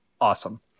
awesome